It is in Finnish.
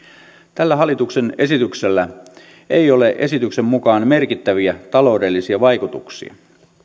tällä hallituksen esityksellä ei ole esityksen mukaan merkittäviä taloudellisia vaikutuksia